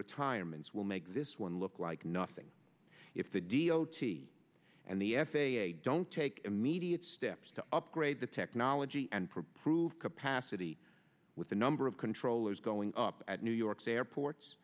retirements will make this one look like nothing if the d o t and the f a a don't take immediate steps to upgrade the technology and prove capacity with the number of controllers going up at new york's airports